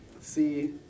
see